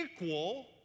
equal